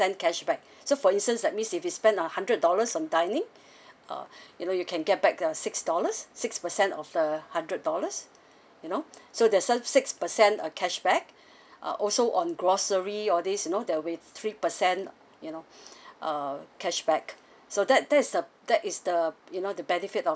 cashback so for instance that means if you spent a hundred dollars on dining uh you know you can get back the six dollars six percent of the hundred dollars you know so there's one six percent a cashback uh also on grocery all this you know they're with three percent you know uh cashback so that that is the that is the you know the benefit of